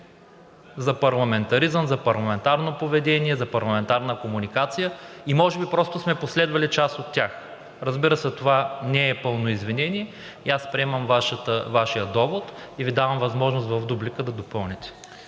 за парламентаризъм, за парламентарно поведение, за парламентарна комуникация и може би просто сме последвали част от тях. Разбира се, това не е пълно извинение. Аз приемам Вашия довод и Ви давам възможност в дуплика да допълните.